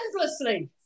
endlessly